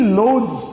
loads